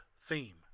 theme